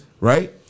Right